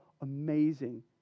amazing